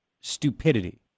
stupidity